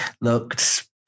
looked